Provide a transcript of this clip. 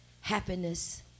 happiness